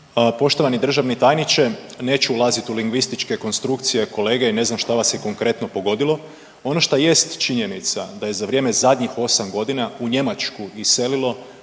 Poštovani državni tajniče, neću ulazit u lingvističke konstrukcije kolege i ne znam šta vas je konkretno pogodilo. Ono šta jest činjenica da je za vrijeme zadnjih 8.g. u Njemačku iselilo